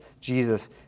Jesus